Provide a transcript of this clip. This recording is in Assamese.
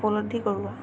উপলব্ধি কৰোঁৱা